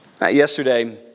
Yesterday